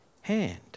hand